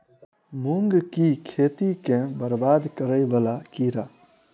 मूंग की खेती केँ बरबाद करे वला कीड़ा?